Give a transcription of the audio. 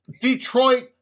Detroit